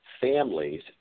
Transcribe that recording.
families